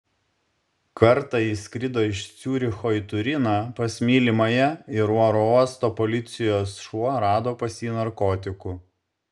kartą jis skrido iš ciuricho į turiną pas mylimąją ir oro uosto policijos šuo rado pas jį narkotikų